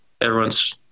everyone's